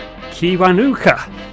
Kiwanuka